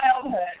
childhood